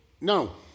no